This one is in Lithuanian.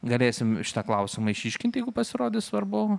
galėsim šitą klausimą išryškinti jeigu pasirodys svarbu